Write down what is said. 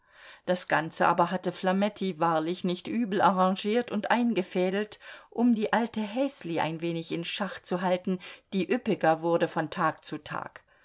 das ganze aber hatte flametti wahrlich nicht übel arrangiert und eingefädelt um die alte häsli ein wenig in schach zu halten die üppiger wurde von tag zu tag